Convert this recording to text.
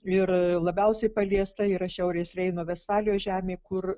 ir labiausiai paliesta yra šiaurės reino vestfalijos žemė kur